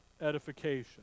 edification